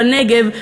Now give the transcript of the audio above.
בנגב,